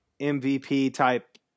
MVP-type